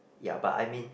ya but I mean